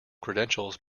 credentials